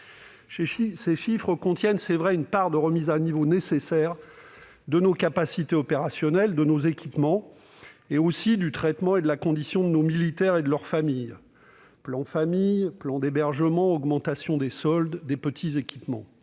ces chiffres contiennent une part de remise à niveau nécessaire de nos capacités opérationnelles et de nos équipements, mais aussi du traitement et de la condition de nos militaires et de leurs familles : je pense au plan Famille, à l'hébergement, à l'augmentation des soldes, aux petits équipements.